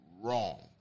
wrong